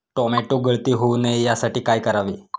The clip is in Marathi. टोमॅटो गळती होऊ नये यासाठी काय करावे?